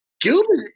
Gilbert